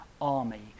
army